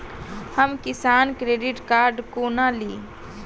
हम Kisan credit card कोना ली?